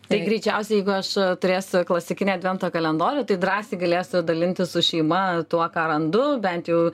tai greičiausiai jeigu aš turėsiu klasikinį advento kalendorių tai drąsiai galėsiu dalintis su šeima tuo ką randu bent jau